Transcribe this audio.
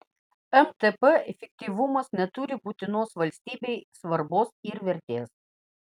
mtp efektyvumas neturi būtinos valstybei svarbos ir vertės